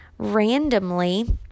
randomly